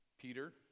Peter